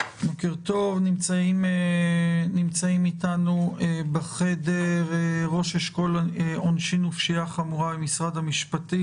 נמצאים אתנו בחדר ראש אשכול עונשין ופשיעה חמורה במשרד המשפטים,